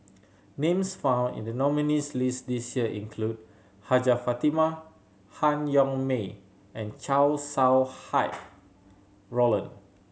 names found in the nominees' list this year include Hajjah Fatimah Han Yong May and Chow Sau Hai Roland